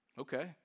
Okay